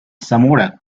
zamora